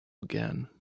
again